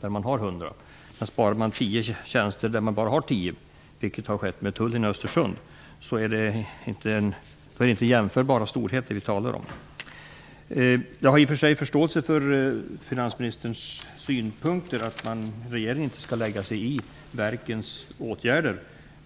när man har 100, dvs. 10 %, och att spara 10 tjänster när man bara har 10, vilket har skett med Tullen i Östersund. Det är inte jämförbara storheter vi talar om. Jag har i och för sig förståelse för finansministerns synpunkt att regeringen inte skall lägga sig i verkens åtgärder.